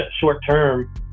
short-term